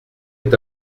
est